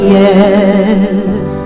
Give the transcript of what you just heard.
yes